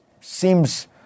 seems